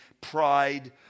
pride